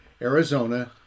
Arizona